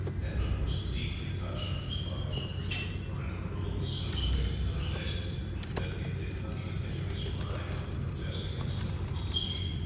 edmund was deeply touched at his father's words, but the parental rule was so strict in those days that it did not even enter his mind to protest against eldred's decision.